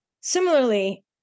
Similarly